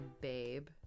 babe